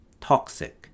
toxic